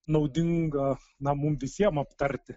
naudinga na mum visiem aptarti